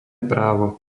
právo